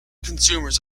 consumers